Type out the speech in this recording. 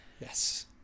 Yes